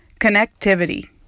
connectivity